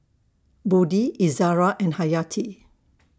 Budi Izara and Hayati